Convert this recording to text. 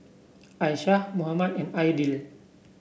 Aishah Muhammad and Aidil